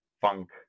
funk